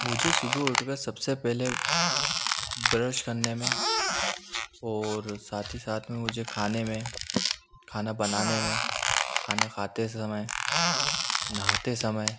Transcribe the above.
मुझे सुबह उठ कर सब से पहले ब्रश करने में और साथ ही साथ में मुझे खाने में खाना बनाने में खाना खाते समय नहाते समय